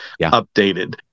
updated